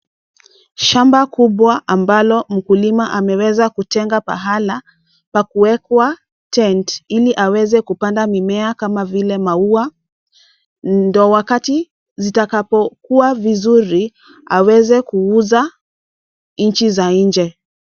Shamba kubwa ambayo mkulima ameweza kutenga pahala pa kuwekwa tent ili aweze kupanda mimea kama vile maua ndo wakati zitakapo kua vizuri aweze kuuza nchi za nje.